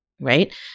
right